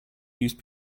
used